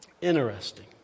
Interesting